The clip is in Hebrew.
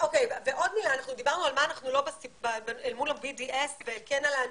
אנחנו דיברנו על אנחנו לא אל מול ה-BDS וכן על האנטישמיות,